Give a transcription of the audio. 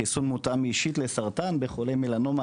חיסון מותאם אישית לסרטן ולחולי מלנומה